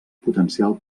potencial